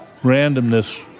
randomness